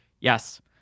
Yes